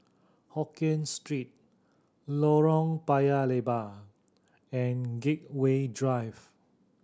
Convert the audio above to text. Hokkien Street Lorong Paya Lebar and Gateway Drive